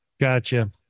Gotcha